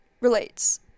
relates